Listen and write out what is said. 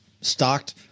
stocked